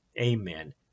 Amen